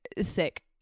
sick